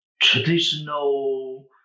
traditional